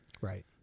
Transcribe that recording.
Right